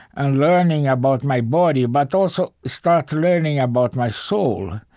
and learning about my body but also, start learning about my soul.